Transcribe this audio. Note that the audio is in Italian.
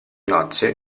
nozze